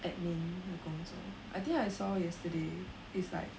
admin 的工作 I think I saw yesterday is like